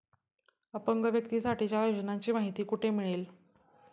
अपंग व्यक्तीसाठीच्या योजनांची माहिती कुठे मिळेल?